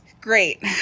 Great